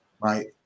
right